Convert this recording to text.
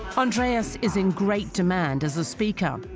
andreas is in great demand as a speaker.